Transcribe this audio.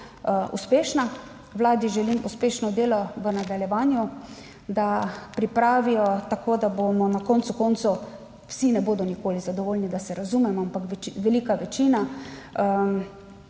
Vladi želim uspešno delo v nadaljevanju, da pripravijo tako, da bomo - na koncu koncev vsi ne bodo nikoli zadovoljni, da se razumemo, ampak velika večina,